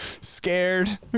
scared